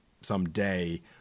someday